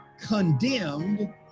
condemned